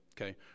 Okay